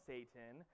Satan